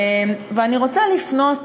ואני רוצה לפנות